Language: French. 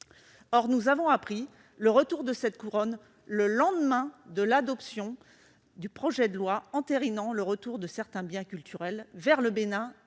Or nous avons appris le retour de cette couronne le lendemain de l'adoption par le Sénat du projet de loi entérinant le retour de certains biens culturels au Bénin